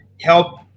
help